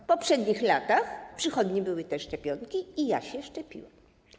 W poprzednich latach w przychodni były szczepionki i ja się szczepiłam.